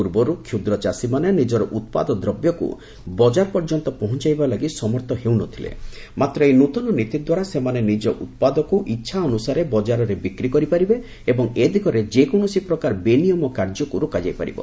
ପୂର୍ବରୁ କ୍ଷୁଦ୍ର ଚାଷୀମାନେ ନିଜର ଉତ୍ପାଦ ଦ୍ରବ୍ୟକୁ ବଜାର ପର୍ଯ୍ୟନ୍ତ ପହଞ୍ଚାଇବା ଲାଗି ସମର୍ଥ ହେଉ ନ ଥିଲେ ମାତ୍ର ଏହି ନୃତନ ନୀତିଦ୍ୱାରା ସେମାନେ ନିଜ ଉତ୍ପାଦକୁ ଇଚ୍ଛା ଅନୁସାରେ ବଜାରରେ ବିକ୍ରି କରିପାରିବେ ଏବଂ ଏଦିଗରେ ଯେକୌଣସି ପ୍ରକାର ବେନିୟମ କାର୍ଯ୍ୟକୁ ରୋକାଯାଇପାରିବ